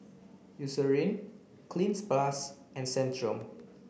Eucerin Cleanz plus and Centrum